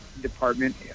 department